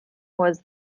was